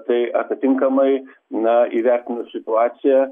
tai atitinkamai na įvertinus situaciją